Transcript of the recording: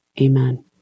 Amen